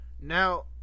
now